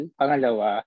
pangalawa